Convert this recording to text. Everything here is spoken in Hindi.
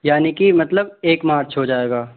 यानी कि मतलब एक मार्च हो जाएगा